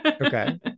okay